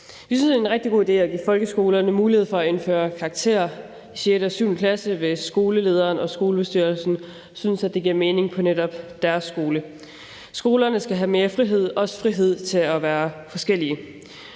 Vi synes, det er en rigtig god idé at give folkeskolerne mulighed for at indføre karakterer i 6. og 7. klasse, hvis skolelederen og skolebestyrelsen synes, at det giver mening på netop deres skole. Skolerne skal have mere frihed – også frihed til at være forskellige.